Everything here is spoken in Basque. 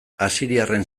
asiriarren